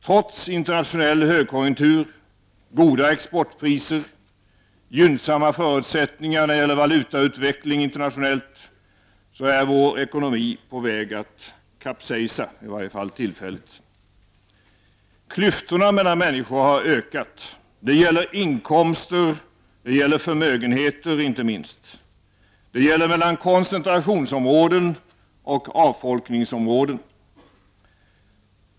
Trots internationell högkonjunktur, goda exportpriser och gynnsamma förutsättningar när det gäller den internationella valutautvecklingen är vår ekonomi på väg att kapsejsa, i varje fall tillfälligt. Klyftorna mellan människor har ökat. Det gäller beträffande inkomster och inte minst förmögenheter. Det gäller mellan koncentrationsområden och avfolkningsområden.